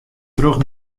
troch